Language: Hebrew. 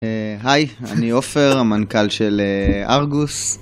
היי, אני עופר, המנכ"ל של ארגוס.